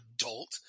adult